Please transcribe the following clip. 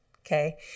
Okay